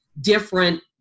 different